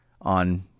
on